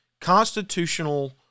constitutional